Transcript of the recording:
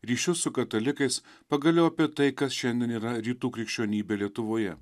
ryšius su katalikais pagaliau apie tai kas šiandien yra rytų krikščionybė lietuvoje